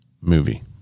movie